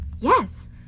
Yes